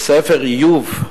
בספר איוב,